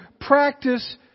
practice